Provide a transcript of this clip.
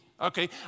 okay